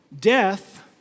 death